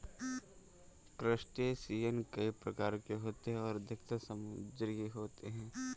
crustacean कई प्रकार के होते हैं और अधिकतर समुद्री होते हैं